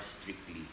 strictly